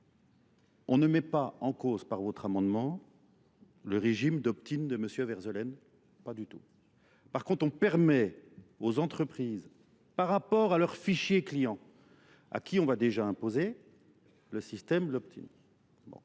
On ne met pas en cause par votre amendement Le régime d'optin de Monsieur Verzelen ? Pas du tout. Par contre, on permet aux entreprises, par rapport à leurs fichiers clients, à qui on va déjà imposer le système d'optin.